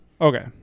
Okay